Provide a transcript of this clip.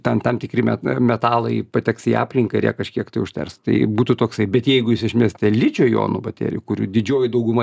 tam tam tikri me metalai pateks į aplinką ir jie kažkiek tai užters tai būtų toksai bet jeigu jūs išmesite ličio jonų baterijų kurių didžioji dauguma